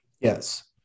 Yes